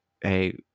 hey